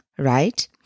right